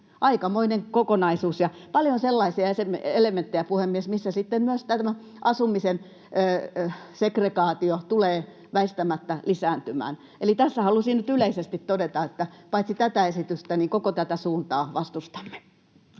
Aikamoinen kokonaisuus ja paljon sellaisia elementtejä, puhemies, missä sitten myös tämä asumisen segregaatio tulee väistämättä lisääntymään. Eli tässä halusin nyt yleisesti todeta, että paitsi tätä esitystä niin koko tätä suuntaa vastustamme.